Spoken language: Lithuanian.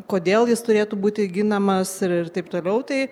kodėl jis turėtų būti ginamas ir taip toliau tai